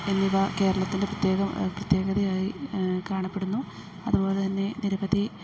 എന്നിവ കേരളത്തിൻ്റെ പ്രത്യേകം പ്രത്യേകതയായി കാണപ്പെടുന്നു അതുപോലെ തന്നെ നിരവധി